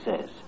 says